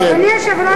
אדוני היושב-ראש,